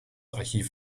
archiv